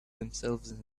themselves